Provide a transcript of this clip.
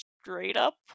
straight-up